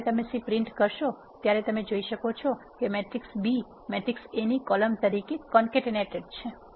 જ્યારે તમે C print કરશો તમે જોઈ શકો છો કે મેટ્રિક્સ B મેટ્રિક્સ A ની કોલમ તરીકે કોન્કનેટેડ છે